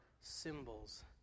symbols